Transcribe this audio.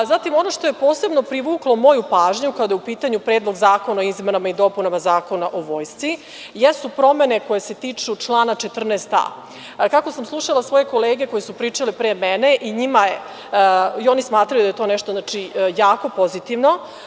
Ono što je posebno privuklo moju pažnju kada je u pitanju Predlog zakona o izmenama i dopunama Zakona o Vojsci, jesu promene koje se tiču člana 14a. Kako sam slušala svoje kolege koje su pričale pre mene i oni smatraju da je to nešto jako pozitivno.